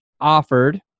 offered